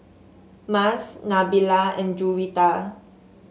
Mas Nabila and Juwita